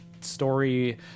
story